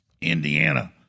Indiana